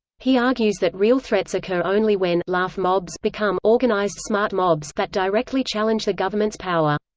he argues that real threats occur only when laugh mobs become organized smart mobs that directly challenge the government's power.